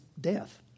death